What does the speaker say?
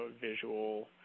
visual